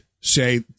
say